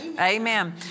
Amen